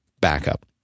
backup